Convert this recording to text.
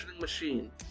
machine